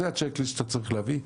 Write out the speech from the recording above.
זה הצ'ק ליסט שאתה צריך להביא,